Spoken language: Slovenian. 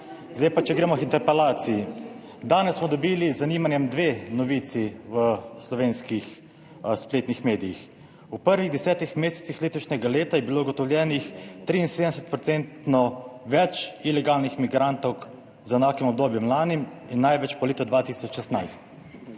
Zdaj pa, če gremo k interpelaciji. Danes smo dobili z zanimanjem dve novici v slovenskih spletnih medijih. V prvih desetih mesecih letošnjega leta je bilo ugotovljenih 73 % več ilegalnih migrantov z enakim obdobjem lani in največ po letu 2016.